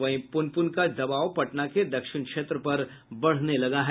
वहीं पुनपुर का दबाव पटना के दक्षिण क्षेत्र पर बढ़ने लगा है